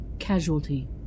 Casualty